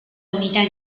unità